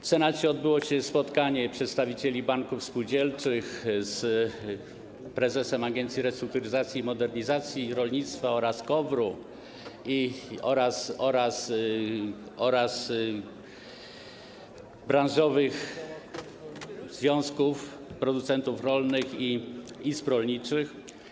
W Senacie odbyło się spotkanie przedstawicieli banków spółdzielczych z prezesem Agencji Restrukturyzacji i Modernizacji Rolnictwa i KOWR oraz przedstawicielami branżowych związków producentów rolnych i izb rolniczych.